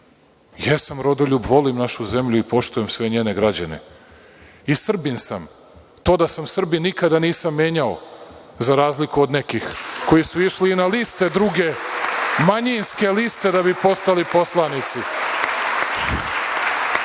Jesam rodoljub, volim našu zemlju i poštujem sve njene građane. I Srbin sam. To da sam Srbin nikad nisam menjao, za razliku od nekih, koji su išli i na druge liste, manjinske liste, da bi postali poslanici. Da